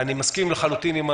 אני מסיים ומסכים.